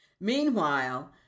Meanwhile